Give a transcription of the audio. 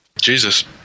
Jesus